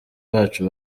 bacu